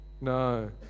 No